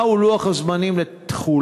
4. מה הוא לוח הזמנים לתחולה?